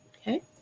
okay